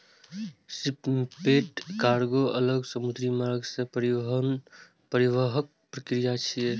shipment कार्गों अलग समुद्री मार्ग सं परिवहनक प्रक्रिया छियै